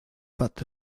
pat